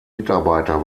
mitarbeiter